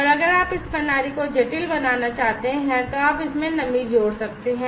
और अगर आप इस प्रणाली को जटिल बनाना चाहते हैं तो आप इसमें नमी जोड़ सकते हैं